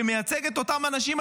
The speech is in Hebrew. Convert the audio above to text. שמייצג את אותם אנשים,